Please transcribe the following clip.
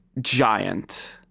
giant